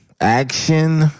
action